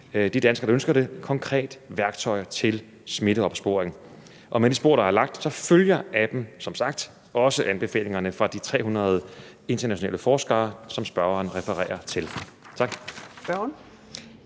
de danskere, der ønsker det, et konkret værktøj til smitteopsporing, og med det spor, der er lagt, følger appen som sagt også anbefalingerne fra de 300 internationale forskere, som spørgeren refererer til. Tak.